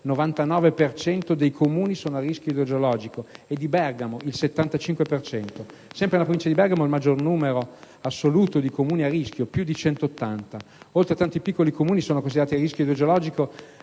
dei comuni è a rischio idrogeologico) e di Bergamo (75 per cento); sempre nella provincia di Bergamo si trova il maggior numero assoluto di comuni a rischio (più di 180). Oltre a tanti piccoli comuni, sono considerati a rischio idrogeologico